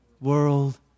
world